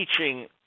teaching